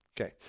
Okay